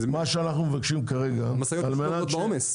המשאיות --- בעומס.